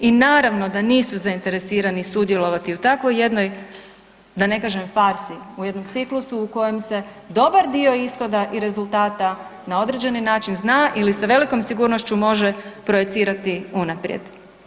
I naravno da nisu zainteresirani sudjelovati u takvoj jednoj da ne kažem farsi, u jednom ciklusu u kojem se dobar dio ishoda i rezultata na određeni način zna ili se velikom sigurnošću može projicirati unaprijed.